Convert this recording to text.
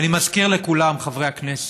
אני מזכיר לכולם, חברי הכנסת: